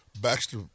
Baxter